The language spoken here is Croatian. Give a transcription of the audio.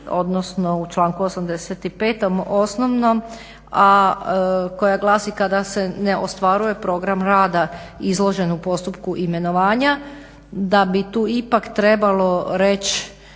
odnosno u članku 85. osnovnom a koja glasi kada se ne ostvaruje program rada izložen u postupku imenovanja da bi tu ipak trebalo reći